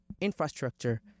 infrastructure